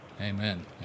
Amen